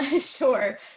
Sure